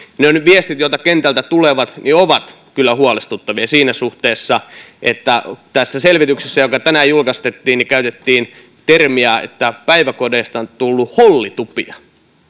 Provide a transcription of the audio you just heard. ne viestit joita kentältä tulee ovat kyllä huolestuttavia siinä suhteessa että tässä selvityksessä joka tänään julkistettiin käytettiin termiä että päiväkodeista on tullut hollitupia